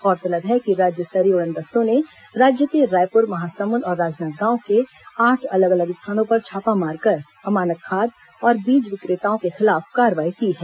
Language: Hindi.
गौरतलब है कि राज्य स्तरीय उड़नदस्तों ने राज्य के रायपुर महासमुंद और राजनांदगांव के आठ अलग अलग स्थानों पर छापामार कर अमानक खाद और बीज विक्रताओं के खिलाफ कार्रवाई की है